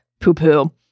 poo-poo